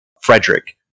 Frederick